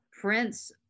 Prince